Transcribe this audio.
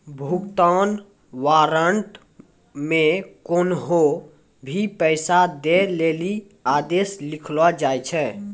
भुगतान वारन्ट मे कोन्हो भी पैसा दै लेली आदेश लिखलो जाय छै